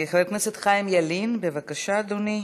חבר הכנסת חיים ילין, בבקשה, אדוני.